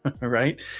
right